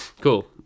Cool